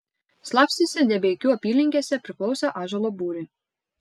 slapstėsi debeikių apylinkėse priklausė ąžuolo būriui